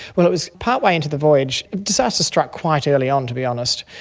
well, it was part way into the voyage. disaster struck quite early on, to be honest.